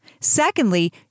Secondly